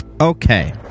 Okay